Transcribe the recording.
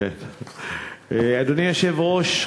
אדוני היושב-ראש,